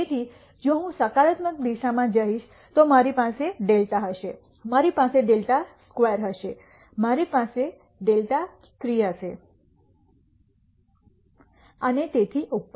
તેથી જો હું સકારાત્મક દિશામાં જઈશ તો મારી પાસે δ હશે મારી પાસે δ2 હશે મારી પાસે δ3 હશે અને તેથી પર